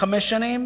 חמש שנים